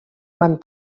van